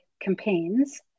campaigns